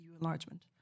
enlargement